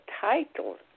title